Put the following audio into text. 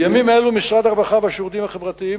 בימים אלה משרד הרווחה והשירותים החברתיים